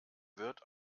wird